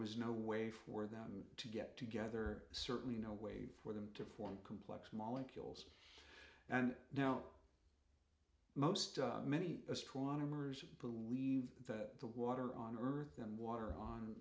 was no way for them to get together certainly no way for them to form complex molecules and now most many astronomers believe that the water on earth than water on